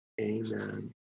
Amen